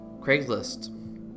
Craigslist